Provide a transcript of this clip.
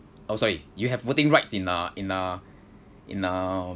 oh sorry you have voting rights in uh in uh in uh